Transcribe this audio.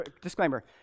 disclaimer